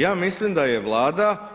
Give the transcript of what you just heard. Ja mislim da je Vlada